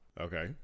Okay